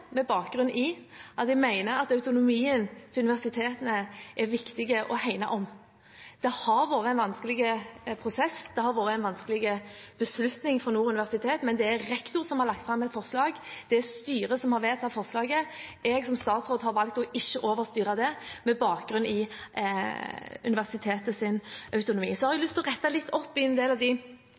med bakgrunn i at jeg mener at autonomien til universitetene er viktig å hegne om. Det har vært en vanskelig prosess, det har vært en vanskelig beslutning for Nord universitet, men det er rektor som har lagt fram et forslag, og det er styret som har vedtatt forslaget. Jeg som statsråd har valgt ikke å overstyre det med bakgrunn i universitetets autonomi. Så har jeg lyst til å rette litt opp i en del av de